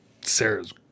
Sarah's